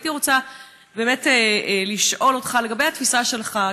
הייתי רוצה באמת לשאול אותך לגבי התפיסה שלך,